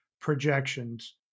projections